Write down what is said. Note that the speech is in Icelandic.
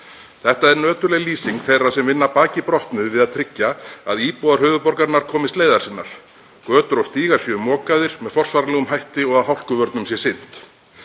Þetta er nöturleg lýsing þeirra sem vinna baki brotnu við að tryggja að íbúar höfuðborgarinnar komist leiðar sinnar, götur og stígar séu mokaðir með forsvaranlegum hætti og hálkuvörnum sinnt.